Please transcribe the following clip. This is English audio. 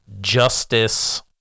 justice